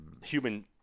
human